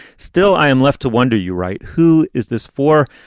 still, i am left to wonder, you write. who is this for?